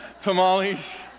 tamales